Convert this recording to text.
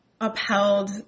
upheld